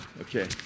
Okay